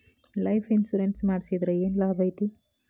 Life insurance ಮಾಡ್ಸಿದ್ರ ಏನ್ ಲಾಭೈತಿ?